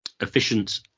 efficient